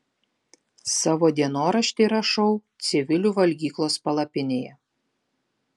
savo dienoraštį rašau civilių valgyklos palapinėje